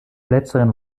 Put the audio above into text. letzteren